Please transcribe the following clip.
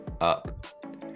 up